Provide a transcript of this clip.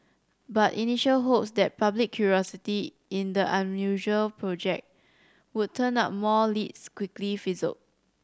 but initial hopes that public curiosity in the unusual project would turn up more leads quickly fizzled